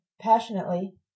passionately